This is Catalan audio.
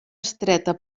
estreta